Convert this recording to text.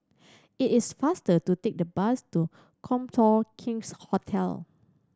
it is faster to take the bus to Copthorne King's Hotel